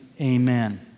Amen